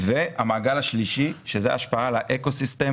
והמעגל השלישי שזה השפעה על האקוסיסטם